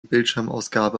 bildschirmausgabe